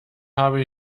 habe